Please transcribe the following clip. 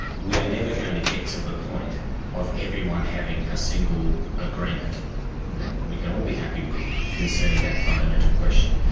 we are never going to get to the point of everyone having a single agreement that we can all be happy with concerning that fundamental question.